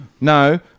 No